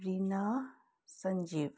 Rina Sanjeev